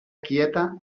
quieta